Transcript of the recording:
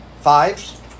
Fives